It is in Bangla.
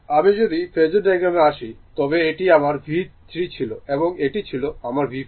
আমি যদি ফেজোর ডায়াগ্রামে আসি তবে এটি আমার V3 ছিল এবং এটি ছিল আমার V4